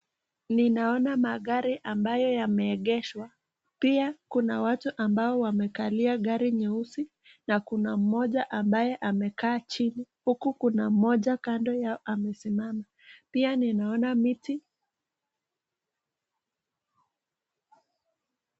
Ninaona magari ambayo yameegeshwa. Pia kuna watu ambao wamekalia gari nyeusi na kuna mmoja ambaye amekaa chini uku kuna mmoja kando yao amesimama. Pia ninaona miti.